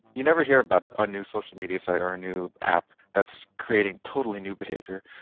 you never hear about ah a new social media site or a new app that's creating totally new behaviour.